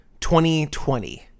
2020